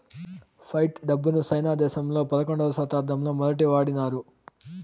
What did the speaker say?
fight డబ్బును China దేశంలో పదకొండవ శతాబ్దంలో మొదటి వాడినారు